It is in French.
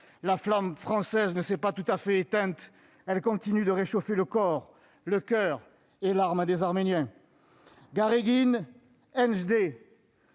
la flamme française ne s'est pas tout à fait éteinte ; elle continue de réchauffer le corps, le coeur et l'âme des Arméniens